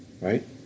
right